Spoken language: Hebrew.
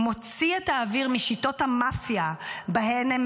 מוציא את האוויר משיטות המאפיה שבהן הם